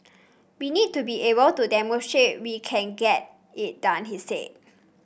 we need to be able to demonstrate we can get it done he said